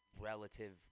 relative